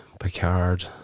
Picard